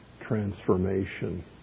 transformation